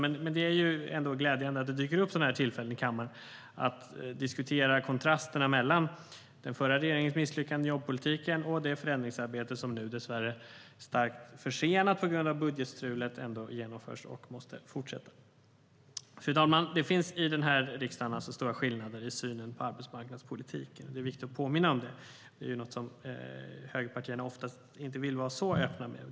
Men det är ändå glädjande att det dyker upp sådana här tillfällen i kammaren att diskutera kontrasterna mellan den förra regeringens misslyckanden i jobbpolitiken och det förändringsarbete som nu - dessvärre starkt försenat på grund av budgetstrulet - genomförs och måste fortsätta. Fru talman! I den här riksdagen finns det alltså stora skillnader i synen på arbetsmarknadspolitiken. Det är viktigt att påminna om det. Högerpartierna vill oftast inte vara så öppna med det.